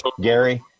Gary